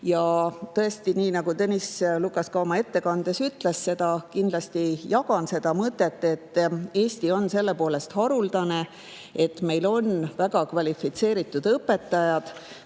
Tõesti, nii nagu Tõnis Lukas oma [kõnes] ütles – kindlasti jagan seda mõtet –, et Eesti on selle poolest haruldane, et meil on väga kvalifitseeritud õpetajad.